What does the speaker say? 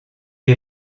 est